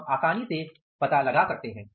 हम आसानी से पता लगा सकते हैं